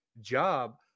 job